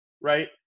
right